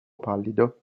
pallido